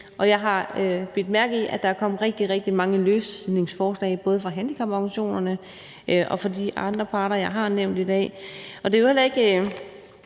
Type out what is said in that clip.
jeg har bidt mærke i, at der er kommet rigtig, rigtig mange løsningsforslag både fra handicaporganisationerne og fra de andre parter, jeg har nævnt i dag.